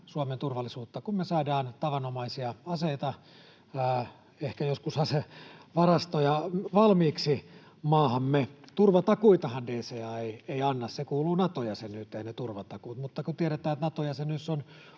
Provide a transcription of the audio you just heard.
Suomen turvallisuutta, kun me saadaan tavanomaisia aseita ja ehkä joskus asevarastoja valmiiksi maahamme. Turvatakuitahan DCA ei anna. Ne turvatakuut kuuluvat Nato-jäsenyyteen, mutta kun tiedetään, että Nato-jäsenyys on